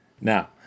Now